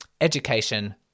education